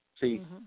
See